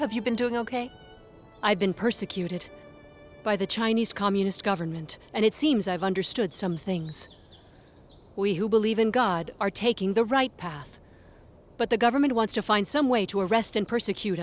have you been doing ok i've been persecuted by the chinese communist government and it seems i've understood some things we who believe in god are taking the right path but the government wants to find some way to arrest and persecute